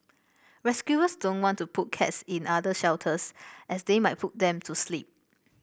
rescuers don't want to put cats in other shelters as they might put them to sleep